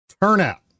Turnout